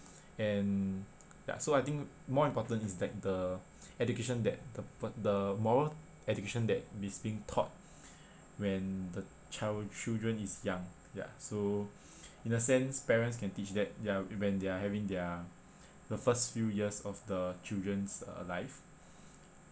and ya so I think more important is like the education that the the moral education that is being taught when the child~ children is young ya so in a sense parents can teach that their when they are having their the first few years of the children's uh life